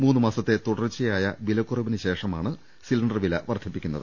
മൂന്ന് മാസത്തെ തുടർച്ചയായ വിലക്കുറ വിന് ശേഷമാണ് സിലിണ്ടർ വില വർദ്ധിക്കുന്നത്